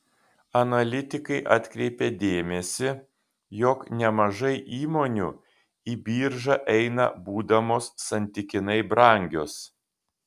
analitikai atkreipia dėmesį jog nemažai įmonių į biržą eina būdamos santykinai brangios